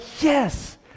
Yes